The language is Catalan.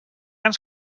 ens